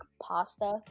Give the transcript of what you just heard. pasta